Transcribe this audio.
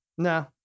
No